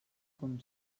com